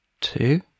Two